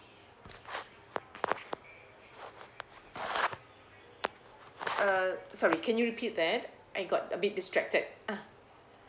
uh sorry can you repeat that I got a bit distracted ah